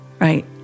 right